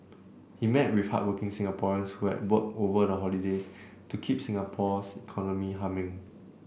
he met with hardworking Singaporeans who had work over the holidays to keep Singapore's economy humming